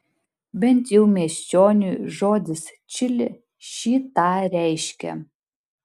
bent jau miesčioniui žodis čili šį tą reiškia